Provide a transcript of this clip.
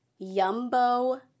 Yumbo